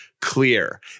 clear